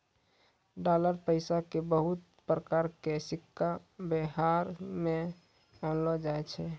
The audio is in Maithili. डालर पैसा के बहुते प्रकार के सिक्का वेवहार मे आनलो जाय छै